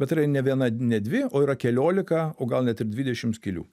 bet yra ne viena ne dvi o yra keliolika o gal net ir dvidešimt skylių